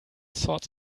sorts